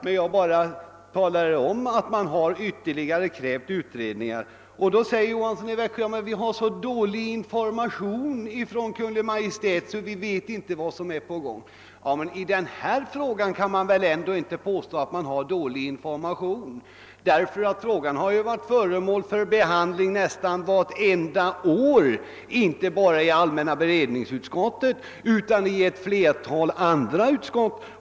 Jag har bara talat om att man här krävt ytterligare utredningar. Herr Johansson säger att man har fått så dålig information från Kungl. Maj:t att man inte vet vad som är på gång, men ingen kan väl påstå att informationerna i denna fråga har varit dåliga. Frågan har ju behandlats nästan varje år, inte bara i allmänna beredningsutskottet utan även i ett flertal andra utskott.